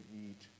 eat